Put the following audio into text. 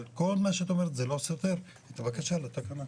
אבל כל מה שאת אומרת זה לא סותר בבקשה לתקנה.